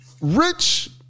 Rich